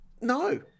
No